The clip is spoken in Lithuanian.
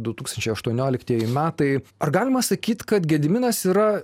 du tūkstančiai aštuonioliktieji metai ar galima sakyt kad gediminas yra